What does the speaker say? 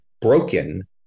broken